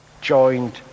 joined